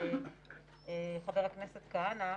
חבר הכנסת כהנא,